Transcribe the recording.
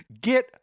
Get